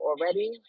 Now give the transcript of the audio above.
already